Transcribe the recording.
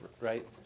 Right